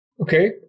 Okay